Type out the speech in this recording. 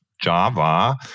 Java